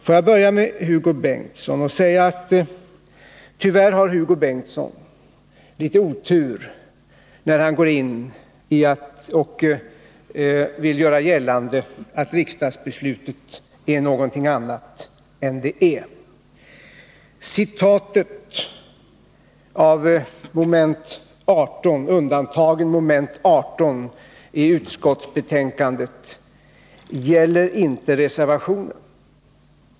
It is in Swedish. För att börja med Hugo Bengtsson vill jag säga att tyvärr har Hugo Bengtsson litet otur när han vill göra gällande att riksdagsbeslutet är någonting annat än det är. Citatet om undantag i mom. 18 i utskottsbetänkandet gäller inte reservationen.